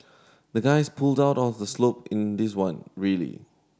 the guys pulled out all the in this one really